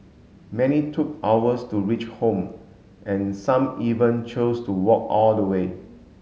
many took hours to reach home and some even chose to walk all the way